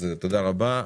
תודה רבה.